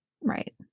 right